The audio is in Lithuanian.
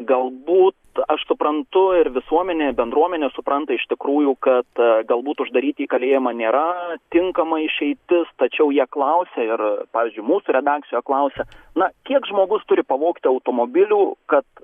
galbūt aš suprantu ir visuomenė ir bendruomenė supranta iš tikrųjų kad galbūt uždaryti jį į kalėjimą nėra tinkama išeitis tačiau jie klausė ir pavyzdžiui mūsų redakcijo klausia na kiek žmogus turi pavogti automobilių kad